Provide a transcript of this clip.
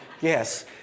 yes